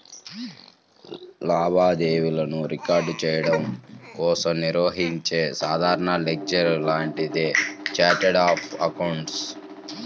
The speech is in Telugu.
లావాదేవీలను రికార్డ్ చెయ్యడం కోసం నిర్వహించే సాధారణ లెడ్జర్ లాంటిదే ఛార్ట్ ఆఫ్ అకౌంట్స్